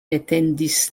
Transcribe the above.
etendis